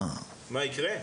מה יקרה?